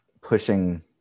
pushing